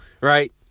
Right